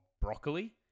broccoli